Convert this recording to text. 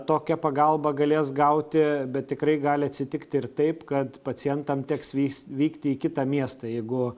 tokią pagalbą galės gauti bet tikrai gali atsitikti ir taip kad pacientam teks vys vykti į kitą miestą jeigu